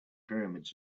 pyramids